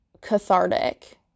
cathartic